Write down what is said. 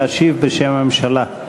להשיב בשם הממשלה,